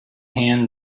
hand